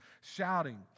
shouting